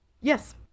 Yes